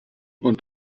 und